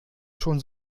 schon